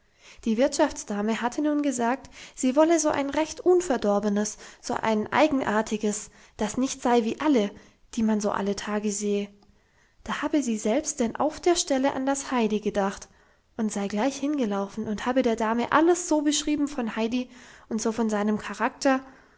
die wirtschaftsdame hatte nun gesagt sie wolle so ein recht unverdorbenes so ein eigenartiges das nicht sei wie alle die man so alle tage sehe da habe sie selbst denn auf der stelle an das heidi gedacht und sei gleich hingelaufen und habe der dame alles so beschrieben vom heidi und so von seinem charakter